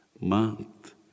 Month